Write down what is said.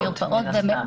מן הסתם.